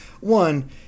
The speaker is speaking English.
One